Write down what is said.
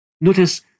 Notice